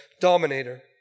dominator